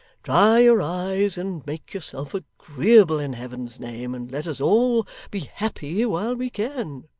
dry your eyes and make yourself agreeable, in heaven's name, and let us all be happy while we can